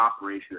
operation